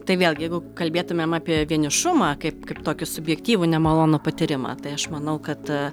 tai vėlgi jeigu kalbėtumėm apie vienišumą kaip kaip tokį subjektyvų nemalonų patyrimą tai aš manau kad